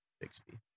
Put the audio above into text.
Bixby